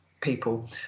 people